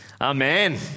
Amen